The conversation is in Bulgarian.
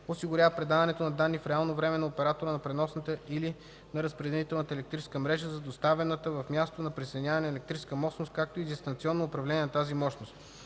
осигурява предаването на данни в реално време на оператора на преносната или на разпределителната електрическа мрежа за доставената в мястото на присъединяване електрическа мощност, както и дистанционно управление на тази мощност.